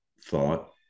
thought